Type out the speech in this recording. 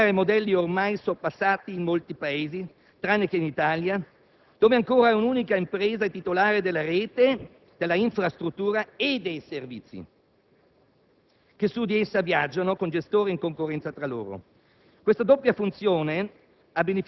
Questo porta alla considerazione della rete delle infrastrutture: bisogna superare modelli ormai sorpassati in molti Paesi, tranne che in Italia, dove ancora una unica impresa è titolare della rete della infrastruttura e dei servizi